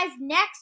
next